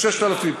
6000,